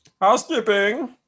Housekeeping